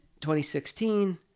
2016